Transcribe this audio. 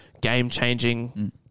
game-changing